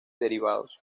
derivados